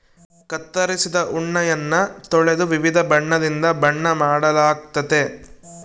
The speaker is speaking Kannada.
ಕತ್ತರಿಸಿದ ಉಣ್ಣೆಯನ್ನ ತೊಳೆದು ವಿವಿಧ ಬಣ್ಣದಿಂದ ಬಣ್ಣ ಮಾಡಲಾಗ್ತತೆ